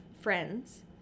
friends